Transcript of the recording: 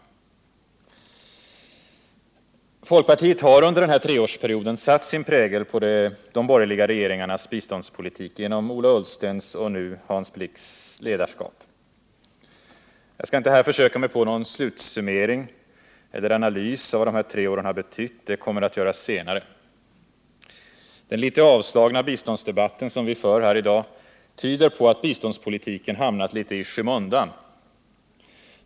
Folkpartiet har under den här treårsperioden satt sin prägel på de borgerliga regeringarnas biståndspolitik genom Ola Ullstens och nu Hans Blix ledarskap. Jag skall inte här försöka mig på någon slutsummering eller analys av vad de här tre åren har betytt. Det kommer att göras senare. Den litet avslagna biståndsdebatt som vi för här i dag tyder på att biståndspolitiken hamnat litet i skymundan.